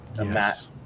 yes